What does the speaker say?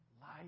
life